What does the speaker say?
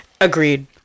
Agreed